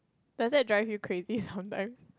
does that drive you crazy sometimes